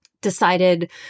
decided